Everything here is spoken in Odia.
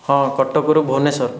ହଁ କଟକରୁ ଭୁବନେଶ୍ୱର